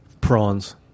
prawns